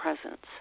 presence